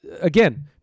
again